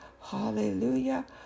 hallelujah